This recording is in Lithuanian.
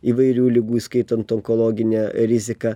įvairių ligų įskaitant onkologinę riziką